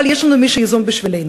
אבל יש לנו מי שייזום בשבילנו.